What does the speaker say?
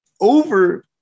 Over